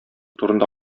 турында